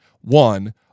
One